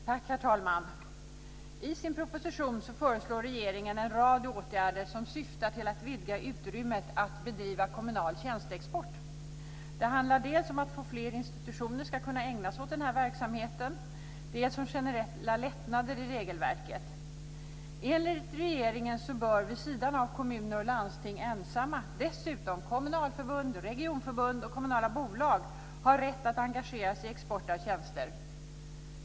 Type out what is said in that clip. Herr talman! I sin proposition föreslår regeringen en rad åtgärder som syftar till att vidga utrymmet att bedriva kommunal tjänsteexport. Det handlar dels om att fler institutioner ska kunna ägna sig åt denna verksamhet, dels om generella lättnader i regelverket. Enligt regeringen bör vid sidan av kommuner och landsting ensamma dessutom kommunalförbund, regionförbund och kommunala bolag ha rätt att engagera sig i export av tjänster.